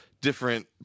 different